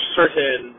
certain